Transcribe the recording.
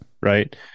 Right